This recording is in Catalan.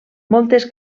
moltes